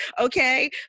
Okay